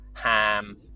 ham